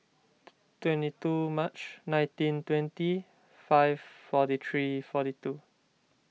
twenty two March nineteen twenty five forty three forty two